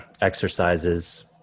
exercises